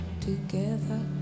together